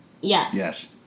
Yes